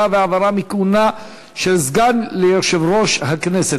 והעברה מכהונה של סגן ליושב-ראש הכנסת),